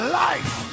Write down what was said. life